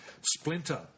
Splinter